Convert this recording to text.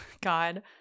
God